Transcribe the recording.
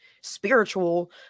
spiritual